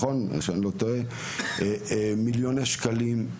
מיליוני שקלים,